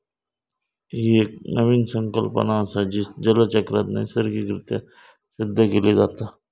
ही एक नवीन संकल्पना असा, जी जलचक्रात नैसर्गिक रित्या शुद्ध केली जाता